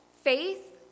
faith